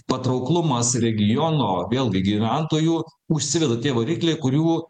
patrauklumas regiono vėlgi gyventojų užsiveda tie varikliai kurių